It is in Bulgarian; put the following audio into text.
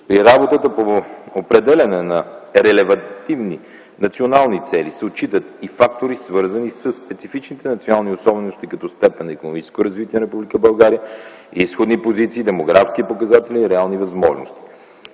работата по определяне на релевантните национални цели се отчитат и фактори, свързани със специфичните национални особености, като степен на икономическо развитие на Република България, изходни позиции, демографски показатели и реални възможности.